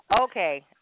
Okay